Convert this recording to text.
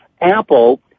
Apple